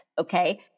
okay